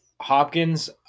Hopkins